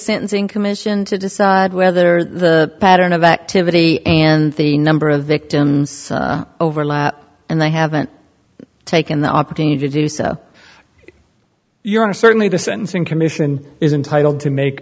sentencing commission to decide whether the pattern of activity and the number of victims overlap and they haven't taken the opportunity to do so you are certainly the sentencing commission is entitled to make